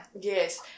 Yes